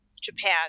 Japan